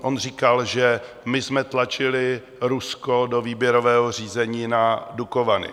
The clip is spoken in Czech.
On říkal, že my jsme tlačili Rusko do výběrového řízení na Dukovany.